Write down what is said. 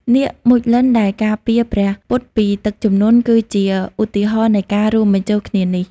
នាគមុចលិន្ទ ដែលការពារព្រះពុទ្ធពីទឹកជំនន់ គឺជាឧទាហរណ៍នៃការរួមបញ្ចូលគ្នានេះ។